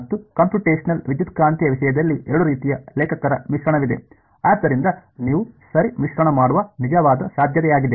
ಮತ್ತು ಕಂಪ್ಯೂಟೇಶನಲ್ ವಿದ್ಯುತ್ಕಾಂತೀಯ ವಿಷಯದಲ್ಲಿ ಎರಡೂ ರೀತಿಯ ಲೇಖಕರ ಮಿಶ್ರಣವಿದೆ ಆದ್ದರಿಂದ ನೀವು ಸರಿ ಮಿಶ್ರಣ ಮಾಡುವ ನಿಜವಾದ ಸಾಧ್ಯತೆಯಾಗಿದೆ